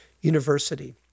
university